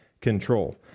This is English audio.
control